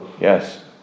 Yes